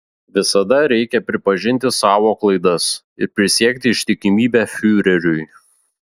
visada reikia pripažinti savo klaidas ir prisiekti ištikimybę fiureriui